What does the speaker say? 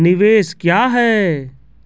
निवेश क्या है?